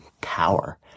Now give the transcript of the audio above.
power